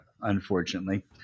unfortunately